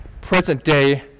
present-day